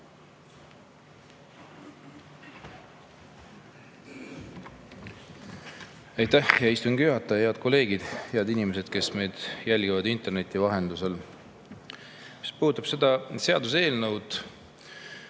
Aitäh, hea istungi juhataja! Head kolleegid! Head inimesed, kes meid jälgivad interneti vahendusel! Mis puudutab seda seaduseelnõu,